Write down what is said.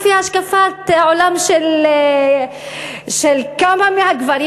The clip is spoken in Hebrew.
לפי השקפת העולם של כמה מהגברים,